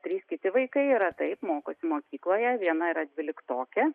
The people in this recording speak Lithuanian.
trys kiti vaikai yra taip mokosi mokykloje viena yra dvyliktokė